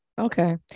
Okay